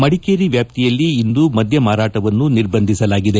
ಮಡಿಕೇರಿ ವ್ಯಾಪ್ತಿಯಲ್ಲಿ ಇಂದು ಮದ್ಯ ಮಾರಾಟವನ್ನೂ ನಿರ್ಬಂಧಿಸಲಾಗಿದೆ